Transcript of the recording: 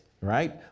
right